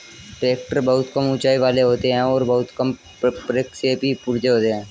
tractor बहुत कम ऊँचाई वाले होते हैं और बहुत कम प्रक्षेपी पुर्जे होते हैं